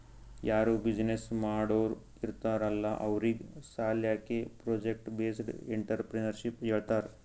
ಯಾರೂ ಬಿಸಿನ್ನೆಸ್ ಮಾಡೋರ್ ಇರ್ತಾರ್ ಅಲ್ಲಾ ಅವ್ರಿಗ್ ಸಾಲ್ಯಾಕೆ ಪ್ರೊಜೆಕ್ಟ್ ಬೇಸ್ಡ್ ಎಂಟ್ರರ್ಪ್ರಿನರ್ಶಿಪ್ ಹೇಳ್ತಾರ್